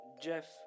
Jeff